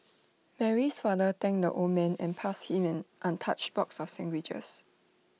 Mary's father thanked the old man and passed him an untouched box of sandwiches